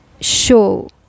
show